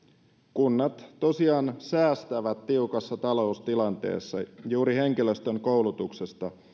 kunnat tosiaan säästävät tiukassa taloustilanteessa juuri henkilöstön koulutuksesta